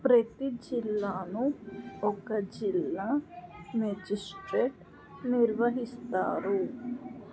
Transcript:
ప్రతీ జిల్లాను ఒక జిల్లా మేజిస్ట్రేట్ నిర్వహిస్తారు